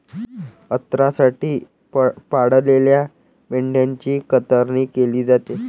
अन्नासाठी पाळलेल्या मेंढ्यांची कतरणी केली जाते